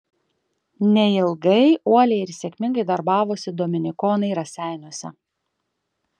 neilgai uoliai ir sėkmingai darbavosi dominikonai raseiniuose